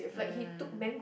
mm